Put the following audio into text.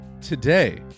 today